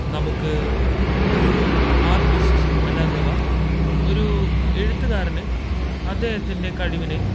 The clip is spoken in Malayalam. നമുക്ക് ഒരു ആര്ട്ടിസ്റ്റ് അല്ലാതെ വാ ഒരു എഴുത്തുകാരൻ അദ്ദേഹത്തിന്റെ കഴിവിന്